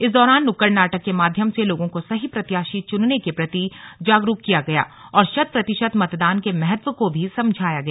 इस दौरान नुक्कड़ नाटक के माध्यम से लोगों को सही प्रत्याशी चुनने के प्रति जागरूक किया गया और शत प्रतिशत मेतदान के महत्व को भी समझाया गया